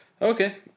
Okay